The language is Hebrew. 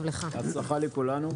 אז ההרחבה של הסמכויות,